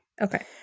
Okay